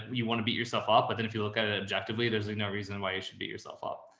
you want to beat yourself up. but then if you look at it objectively, there's like no reason why you should beat yourself up.